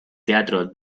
teatro